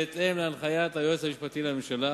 בהתאם להנחיית היועץ המשפטי לממשלה,